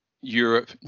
Europe